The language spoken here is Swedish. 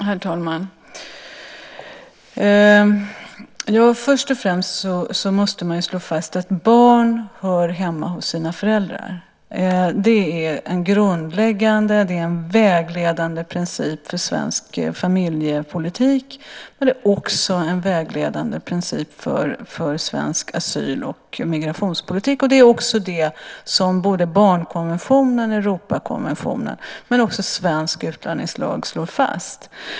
Herr talman! Först och främst måste man slå fast att barn hör hemma hos sina föräldrar. Det är en grundläggande, vägledande princip för svensk familjepolitik. Det är också en vägledande princip för svensk asyl och migrationspolitik. Det är också det som både barnkonventionen och Europakonventionen men också svensk utlänningslag slår fast.